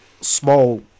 small